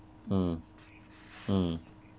mm mm